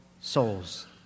souls